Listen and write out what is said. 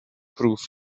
proof